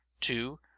two